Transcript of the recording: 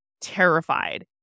terrified